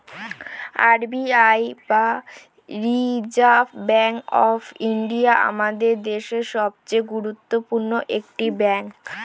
R B I বা reserve bank of India আমাদের দেশের সবচেয়ে গুরুত্বপূর্ণ একটি ব্যাঙ্ক